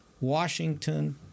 Washington